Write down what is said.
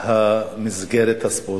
למסגרת הספורטיבית.